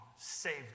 saved